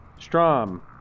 Strom